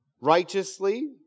righteously